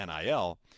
nil